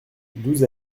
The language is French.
douze